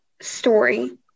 story